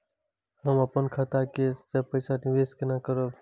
हम अपन खाता से पैसा निवेश केना करब?